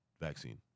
vaccine